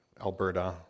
Alberta